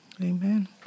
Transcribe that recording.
Amen